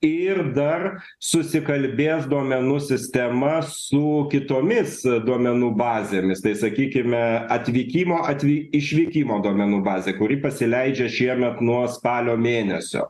ir dar susikalbės duomenų sistema su kitomis duomenų bazėmis tai sakykime atvykimo atve išvykimo duomenų bazė kuri pasileidžia šiemet nuo spalio mėnesio